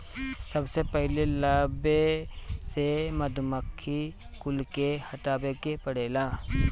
सबसे पहिले लवे से मधुमक्खी कुल के हटावे के पड़ेला